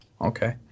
Okay